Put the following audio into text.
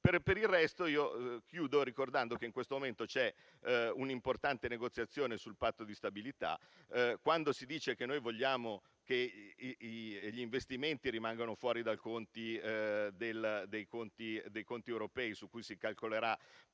Per il resto, chiudo ricordando che in questo momento c'è un'importante negoziazione sul Patto di stabilità. Quando si dice che noi vogliamo che gli investimenti rimangono fuori dai conti europei su cui si calcoleranno